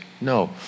No